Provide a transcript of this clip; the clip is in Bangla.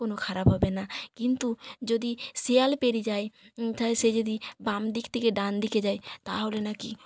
কোনো খারাপ হবে না কিন্তু যদি শিয়াল পেড়িয়ে যায় তাহলে সে যদি বাম দিক থেকে ডান দিকে যায় তাহলে না কি